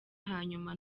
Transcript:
hanyuma